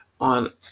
on